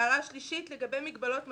ההערה השלישית היא לגבי מגבלות מזון.